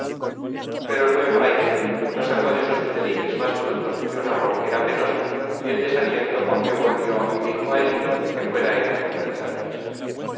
pero el buen fraile no sacó de sus prediques más fruto que una ronquera penosa y el desaliento con que volvió y dijo a elío que fuera él a convencerles